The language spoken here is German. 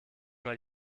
mal